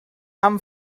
amb